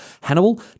Hannibal